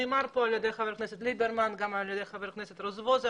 נאמר פה על ידי חבר הכנסת ליברמן וגם על ידי חבר הכנסת רזבוזוב,